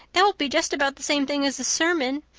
that will be just about the same thing as a sermon.